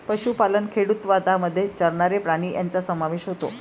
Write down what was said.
पशुपालन खेडूतवादामध्ये चरणारे प्राणी यांचा समावेश होतो